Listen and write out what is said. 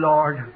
Lord